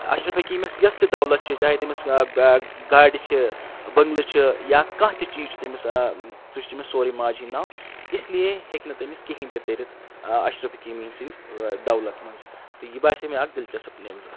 اشرف حکیٖمس یۄس تہِ دولت چھِ چاہے تٔمِس گاڑِ چھِ بٔنٛگلہٕ چھِ یا کانٛہہ تہِ چیٖز چھُ تٔمِس سُہ چھِ تٔمِس سورُے ماجہِ ہِنٛدِ ناو اسلیے ہیٚکہِ نہٕ تٔمِس کِہینۍ تہِ تٔرِتھ اشرف حکیٖمی سٕنٛدِ دولت منٛز تہٕ یہِ باسے مےٚ اَکھ دِلچسپ نِوٕز اَکھ